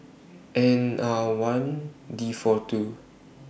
N R one D four two